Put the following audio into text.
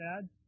sad